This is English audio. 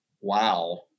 wow